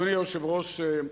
אדוני היושב-ראש,